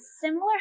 similar